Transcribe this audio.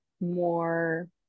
more